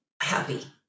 happy